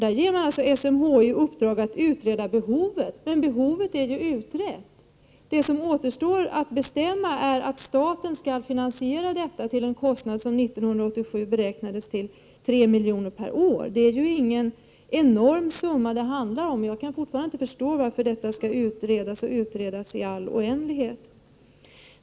Här ger man SMHI i uppdrag att utreda behovet. Men behovet är ju utrett. Det som återstår att bestämma är att staten skall finansiera denna utbyggnad till den kostnad som 1987 beräknades till 3 milj.kr. per år. Det är ju inte någon enorm summa det handlar om, och jag kan fortfarande inte förstå varför denna fråga skall utredas i all oändlighet.